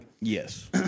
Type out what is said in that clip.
Yes